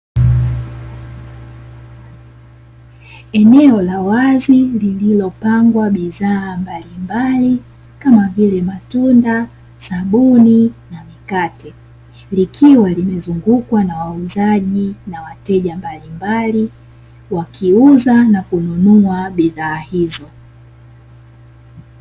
Eneo la wazi lililopangwa bidhaa mbalimbali, kama vile; matunda, sabuni na mikate. Likiwa limezungukwa na wauzaji na wateja mbalimbali, wakiuza na kununua bidhaa hizo.